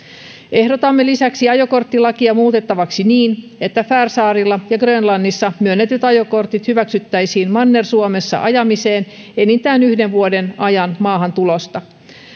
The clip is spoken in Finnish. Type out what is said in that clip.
ehdotamme lisäksi ajokorttilakia muutettavaksi niin että färsaarilla ja grönlannissa myönnetyt ajokortit hyväksyttäisiin manner suomessa ajamiseen enintään yhden vuoden ajan maahantulosta